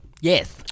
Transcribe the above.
yes